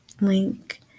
link